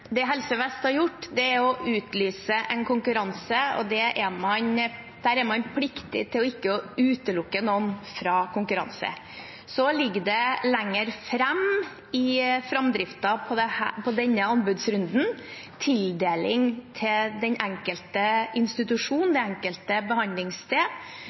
Det Helse Vest har gjort, er å utlyse en konkurranse, og der er man pliktig til ikke å utelukke noen fra konkurranse. Lenger fram i framdriften av denne anbudsrunden ligger tildeling til den enkelte institusjon, det enkelte behandlingssted.